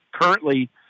currently